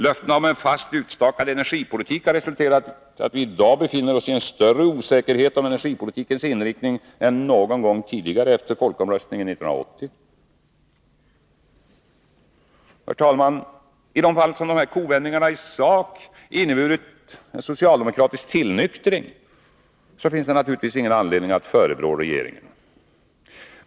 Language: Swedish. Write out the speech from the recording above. Löftena om en fast utstakad energipolitik har resulterat i att vi i dag befinner oss i större osäkerhet om energipolitikens inriktning än någon gång tidigare efter folkomröstningen 1980. Herr talman! I de fall dessa kovändningar i sak har inneburit en socialdemokratisk tillnyktring finns det naturligtvis ingen anledning av förebrå regeringen.